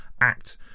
act